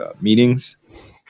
meetings